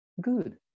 Good